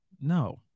No